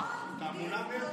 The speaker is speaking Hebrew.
תעמולה נטו.